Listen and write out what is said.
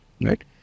right